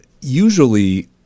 usually